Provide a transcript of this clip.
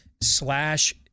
slash